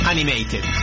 Animated